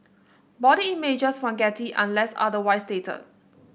body images from Getty unless otherwise stated